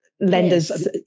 lenders